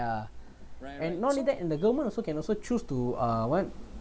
ya and not only that the government also can also choose to uh what